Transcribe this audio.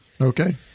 Okay